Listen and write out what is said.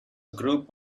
group